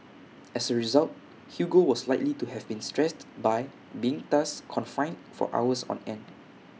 as A result Hugo was likely to have been stressed by being thus confined for hours on end